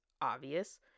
obvious